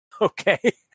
Okay